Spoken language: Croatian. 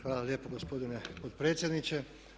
Hvala lijepa gospodine potpredsjedniče.